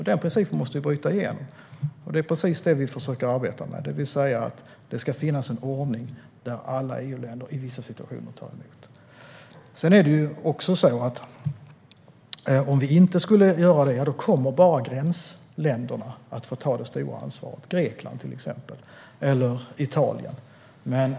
Den principen måste vi bryta igenom, och det är precis det vi försöker arbeta med, det vill säga det ska finnas en ordning där alla EU-länder i vissa situationer tar emot. Om vi inte skulle göra det kommer bara gränsländerna att få ta det stora ansvaret, till exempel Grekland och Italien.